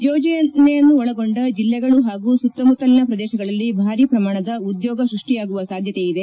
ಯೋಜನೆಯನ್ನೊಳಗೊಂಡ ಜಿಲ್ಲೆಗಳು ಹಾಗೂ ಸುತ್ತಮುತ್ತ ಪ್ರದೇಶಗಳಲ್ಲಿ ಭಾರಿ ಪ್ರಮಾಣದ ಉದ್ಯೋಗ ಸೃಷ್ಷಿಯಾಗುವ ಸಾಧ್ಯತೆಯಿದೆ